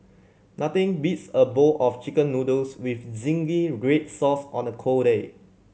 nothing beats a bowl of Chicken Noodles with zingy red sauce on a cold day